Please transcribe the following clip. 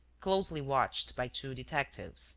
closely watched by two detectives